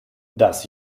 das